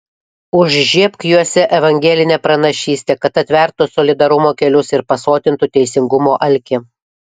užžiebk juose evangelinę pranašystę kad atvertų solidarumo kelius ir pasotintų teisingumo alkį